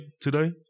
today